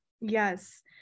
Yes